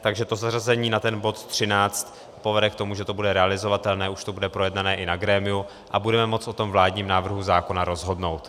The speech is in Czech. Takže zařazení za bod 13 povede k tomu, že to bude realizovatelné, už to bude projednané i na grémiu a budeme moci o tom vládním návrhu zákona rozhodnout.